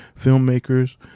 filmmakers